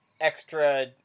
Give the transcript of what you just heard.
extra